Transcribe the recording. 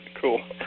Cool